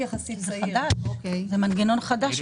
כמה?